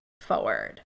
forward